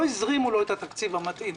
לא הזרימו לו את התקציב המתאים,